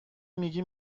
میگی